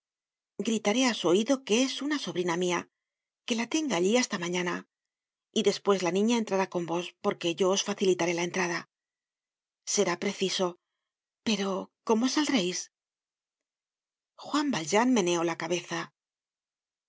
gritaré á su oido que es una sobrina mia que la tenga allí hasta mañana y despues la niña entrará con vos porque yo os facilitaré la entrada será preciso pero cómo saldreis juan valjean meneó la cabeza